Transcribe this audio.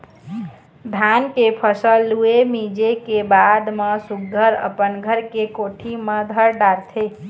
धान के फसल लूए, मिंजे के बाद म सुग्घर अपन घर के कोठी म धर डारथे